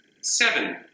seven